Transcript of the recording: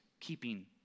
keeping